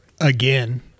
Again